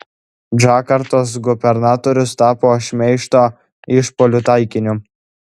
džakartos gubernatorius tapo šmeižto išpuolių taikiniu